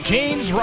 James